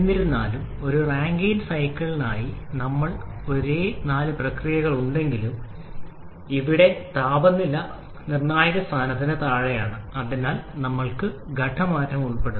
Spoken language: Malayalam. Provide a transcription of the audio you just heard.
എന്നിരുന്നാലും ഒരു റാങ്കൈൻ സൈക്കിളിനായി നമ്മൾക്ക് ഒരേ നാല് പ്രക്രിയകളുണ്ടെങ്കിലും ഇവിടെ താപനില നില നിർണായക സ്ഥാനത്തിന് താഴെയാണ് അതിനാൽ നമ്മൾക്ക് ഘട്ടമാറ്റം ഉൾപ്പെടുന്നു